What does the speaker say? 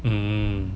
um